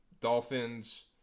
Dolphins